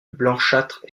blanchâtre